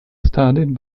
studied